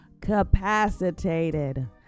capacitated